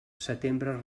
setembre